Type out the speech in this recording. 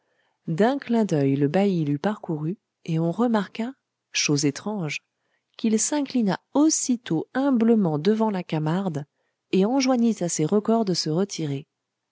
d'un clin d'oeil le bailli l'eut parcouru et on remarqua chose étrange qu'il s'inclina aussitôt humblement devant la camarde et enjoignit à ses recors de se retirer